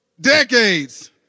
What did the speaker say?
decades